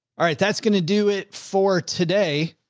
all right, that's going to do it for today.